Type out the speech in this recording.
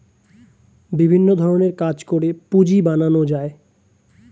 বিভিন্ন ধরণের কাজ করে পুঁজি বানানো যায়